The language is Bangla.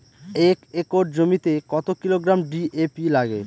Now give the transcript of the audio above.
এক একর জমিতে কত কিলোগ্রাম ডি.এ.পি লাগে?